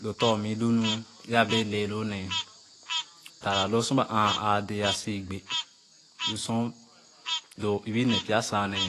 Lo tor-mii lu nu ẽẽ abee lee loone tataa lo su ba aadɛɛ siì gbé lu sor doo ebì ne nee pya saane